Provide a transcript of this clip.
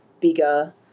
bigger